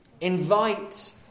invite